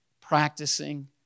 practicing